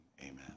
Amen